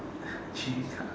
dream car